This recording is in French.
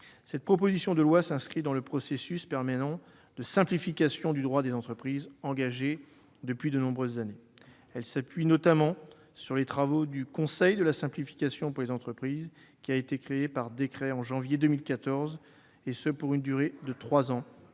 Cette proposition de loi s'inscrit dans le processus permanent de simplification du droit des entreprises engagé depuis de nombreuses années. Elle s'appuie notamment sur les travaux du Conseil de la simplification pour les entreprises, qui a été créé par décret au mois de janvier 2014 pour une durée de trois ans